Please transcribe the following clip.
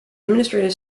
administrative